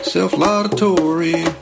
Self-laudatory